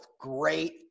great